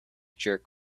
jerk